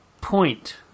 point